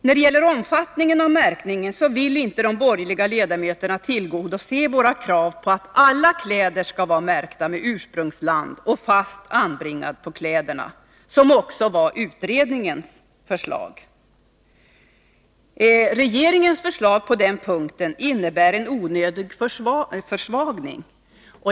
När det gäller omfattningen av märkningen vill inte de borgerliga ledamöterna tillmötesgå våra krav på att alla kläder skall vara märkta med ursprungsland och märket fast anbringat på kläderna. Det var också utredningens förslag. Regeringens förslag på den punkten innebär en onödig försvagning.